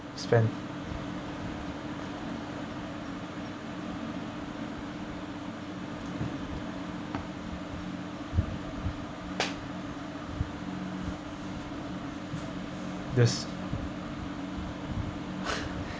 spend just